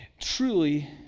truly